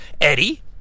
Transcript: Eddie